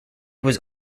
was